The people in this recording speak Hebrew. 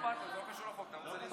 היא תעבור לוועדת הכנסת להחלטה.